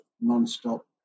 non-stop